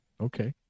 okay